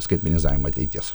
skaitmenizavimą ateities